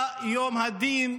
בא יום הדין.